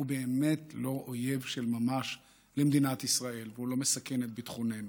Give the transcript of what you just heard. הוא באמת לא אויב של ממש למדינת ישראל והוא לא מסכן את ביטחוננו.